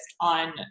on